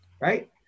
Right